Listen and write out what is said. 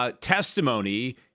testimony